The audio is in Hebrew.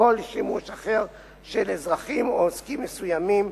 כל שימוש אחר של אזרחים או עוסקים מסוימים,